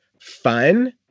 fun